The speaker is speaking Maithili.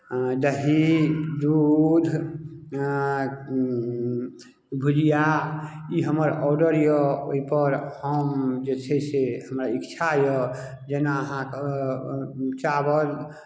दही दूध भुजिया ई हमर ऑर्डर यए ओहिपर हम जे छै से हमर इच्छा यए जेना अहाँकेँ चावल